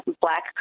Black